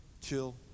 chill